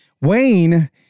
Wayne